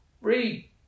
Read